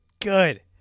good